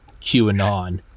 QAnon